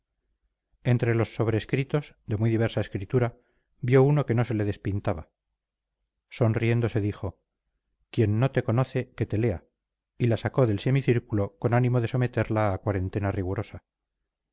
entre los sobrescritos de muy diversa escritura vio uno que no se le despintaba sonriendo se dijo quien no te conoce que te lea y la sacó del semicírculo con ánimo de someterla a cuarentena rigurosa